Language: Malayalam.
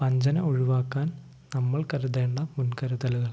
വഞ്ചന ഒഴിവാക്കാൻ നമ്മൾ കരുതേണ്ട മുൻകരുതലുകൾ